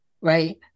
right